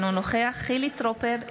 אינו נוכח חילי טרופר,